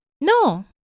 No